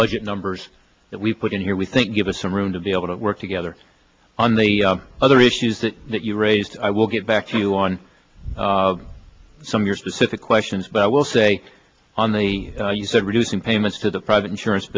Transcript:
budget numbers that we've put in here we think give us some room to be able to work together on the other issues that you raised i will get back to you on some your specific questions but i will say on the you said reducing payments to the private insurance